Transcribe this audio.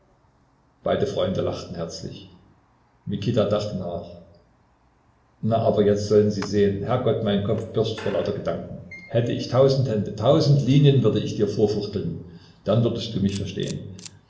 beide freunde lachten herzlich mikita dachte nach na aber jetzt sollen sie sehen herrgott mein kopf birst vor lauter gedanken hätt ich tausend hände tausend linien würde ich dir vorfuchteln dann würdest du mich verstehen